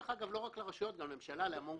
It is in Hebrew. דרך אגב לא רק לרשויות אלא גם לממשלה ולהמון גופים.